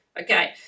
Okay